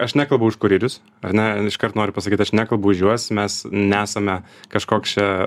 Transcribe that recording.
aš nekalbu už kuris ar ne iškart noriu pasakyt aš nekalbu už juos mes nesame kažkoks čia